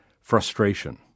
frustration